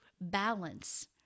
balance